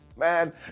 Man